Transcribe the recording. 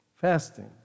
fasting